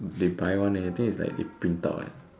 they buy one eh I think it's like they print out eh